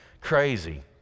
crazy